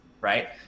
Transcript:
right